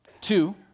Two